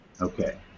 Okay